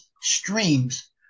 streams